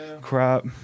crap